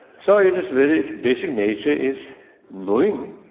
so it's very basic nature is knowing.